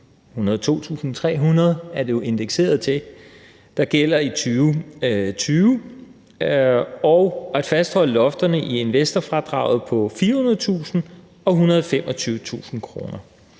102.300 kr., som det jo er indekseret til, der gælder i 2020, og at fastholde lofterne i investorfradraget på 400.000 kr. og 125.000 kr.